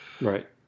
Right